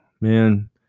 man